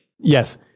Yes